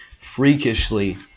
freakishly